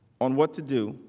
on what to do,